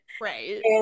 right